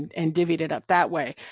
and divvied it up that way,